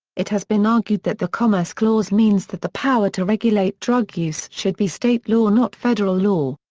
it has been argued that the commerce clause means that the power to regulate drug use should be state law not federal law.